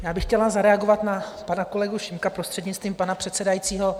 Já bych chtěla zareagovat na pana kolegu Šimka, prostřednictvím pana předsedajícího.